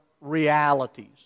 realities